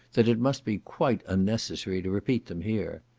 that it must be quite unnecessary to repeat them here.